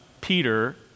Peter